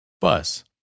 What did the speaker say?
Bus